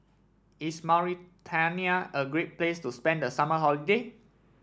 is Mauritania a great place to spend the summer holiday